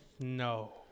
No